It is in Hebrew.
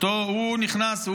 הוא נכנס,